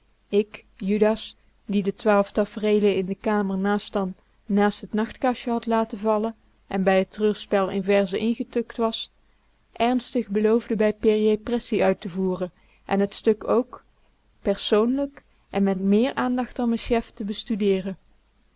ik judas die de twaalf tafreelen in de kamer naastan naast t nachtkastje had laten vallen en bij het treurspel in verzen ingetukt was ernstig beloofde bij périer pressie uit te oefenen en t stuk ook persoonlijk en met méér aandacht dan m'n chef te bestudeeren